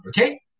Okay